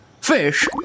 fish